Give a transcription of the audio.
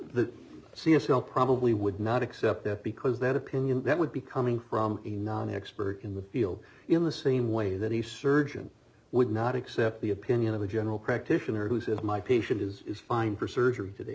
l probably would not accept that because that opinion that would be coming from a non expert in the field in the same way that he surgeon would not accept the opinion of a general practitioner who says my patient is is fine for surgery today